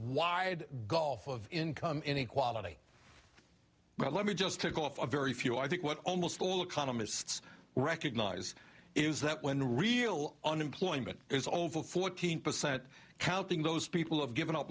wide gulf of income inequality but let me just pick off a very few i think what almost all economists recognize is that when real unemployment is over fourteen percent counting those people have given up